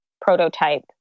prototype